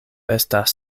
estas